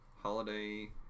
holiday